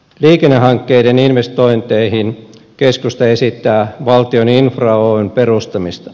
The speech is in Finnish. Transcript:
liikennehankkeiden investointeihin keskusta esittää valtion infra oyn perustamista